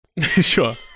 Sure